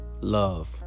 Love